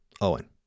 Owen